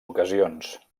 ocasions